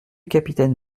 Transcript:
capitaine